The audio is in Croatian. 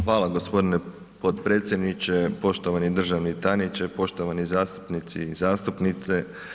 Hvala g. potpredsjedniče, poštovani državni tajniče, poštovani zastupnici i zastupnice.